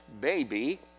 baby